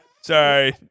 Sorry